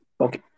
Okay